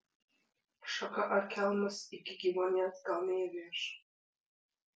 šaka ar kelmas iki gyvuonies gal neįrėš